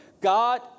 God